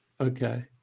Okay